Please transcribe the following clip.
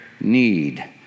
need